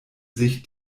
sich